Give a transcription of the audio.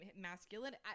masculine